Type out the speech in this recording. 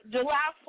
July